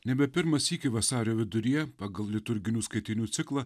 nebe pirmą sykį vasario viduryje pagal liturginių skaitinių ciklą